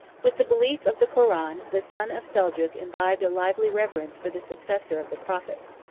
with the belief of the koran, the son of seljuk imbibed a lively reverence for the successor of the prophet.